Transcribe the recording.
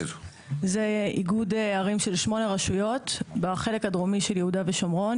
זה איגוד ערים של שמונה רשויות בחלק הדרומי של יהודה ושומרון,